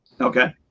Okay